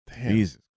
Jesus